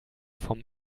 vom